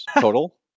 total